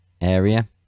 area